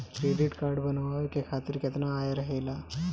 Credit card बनवाए के खातिर केतना आय रहेला?